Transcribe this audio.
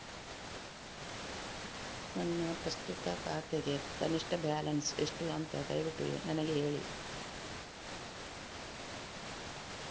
ನನ್ನ ಪ್ರಸ್ತುತ ಖಾತೆಗೆ ಕನಿಷ್ಠ ಬ್ಯಾಲೆನ್ಸ್ ಎಷ್ಟು ಅಂತ ದಯವಿಟ್ಟು ನನಗೆ ಹೇಳಿ